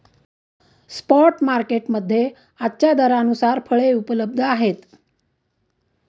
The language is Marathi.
स्पॉट मार्केट मध्ये आजच्या दरानुसार फळे उपलब्ध आहेत